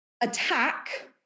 attack